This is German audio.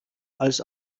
als